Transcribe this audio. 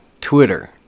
Twitter